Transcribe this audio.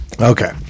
Okay